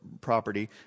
property